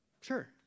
Sure